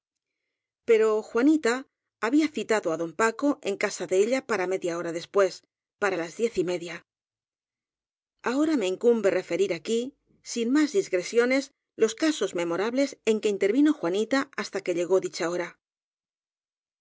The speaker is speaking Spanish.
eso juanita había citado á don paco en casa de ella para media hora después para las diez y media ahora me incumbe referir aquí sin más digre siones los casos memorables en que intervino jua nita hasta que llegó dicha hora